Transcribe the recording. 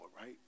right